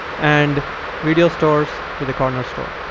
and video stores to the corner store.